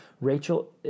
Rachel